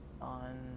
on